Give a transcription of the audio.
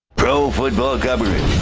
pro football government.